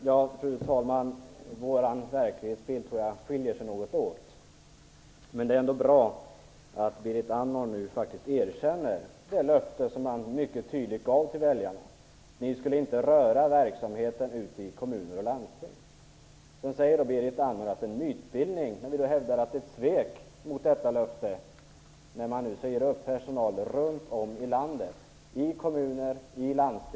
Fru talman! Våra verklighetsbilder skiljer sig något åt. Det är ändå bra att Berit Andnor nu erkänner det löfte som man mycket tydligt gav väljarna: Man skulle inte röra verksamheten ute i kommuner och landsting. Berit Andnor säger att det är en mytbildning när vi hävdar att det är ett svek mot detta löfte när man säger upp personal i kommuner och landsting runt om i landet.